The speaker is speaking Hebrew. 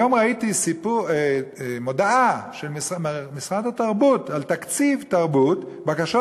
היום ראיתי מודעה של משרד התרבות על תקציב תרבות: בקשות